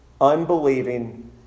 unbelieving